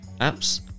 apps